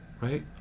Right